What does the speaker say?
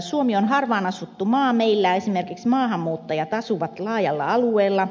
suomi on harvaanasuttu maa meillä esimerkiksi maahanmuuttajat asuvat laajalla alueella